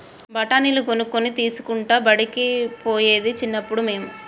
బఠాణీలు కొనుక్కొని తినుకుంటా బడికి పోయేది చిన్నప్పుడు మేము